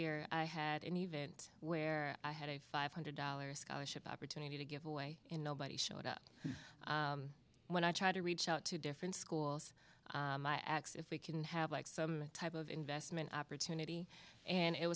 year i had an event where i had a five hundred dollars scholarship opportunity to give away and nobody showed up when i try to reach out to different schools my x if we can have like some type of investment opportunity and it